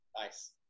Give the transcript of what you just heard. Nice